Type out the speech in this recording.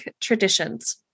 traditions